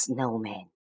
Snowman